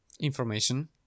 information